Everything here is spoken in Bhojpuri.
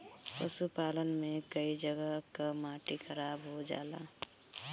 पशुपालन से कई जगह कअ माटी खराब हो जाला